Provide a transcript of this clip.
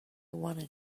wanted